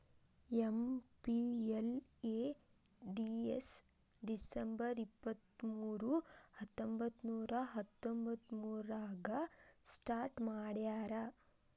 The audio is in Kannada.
ಎಂ.ಪಿ.ಎಲ್.ಎ.ಡಿ.ಎಸ್ ಡಿಸಂಬರ್ ಇಪ್ಪತ್ಮೂರು ಹತ್ತೊಂಬಂತ್ತನೂರ ತೊಂಬತ್ತಮೂರಾಗ ಸ್ಟಾರ್ಟ್ ಮಾಡ್ಯಾರ